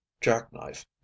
jackknife